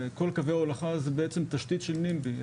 כל קווי ההולכה הם בעצם תשתית של נימבי.